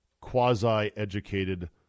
quasi-educated